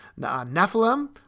Nephilim